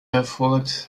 erfolgt